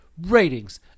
ratings